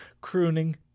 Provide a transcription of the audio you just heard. crooning